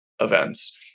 events